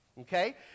Okay